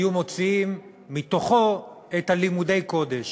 היו מוציאים מתוכו את לימודי הקודש?